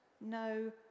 no